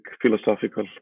philosophical